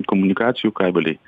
komunikacijų kabeliai